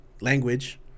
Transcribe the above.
language